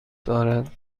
دارد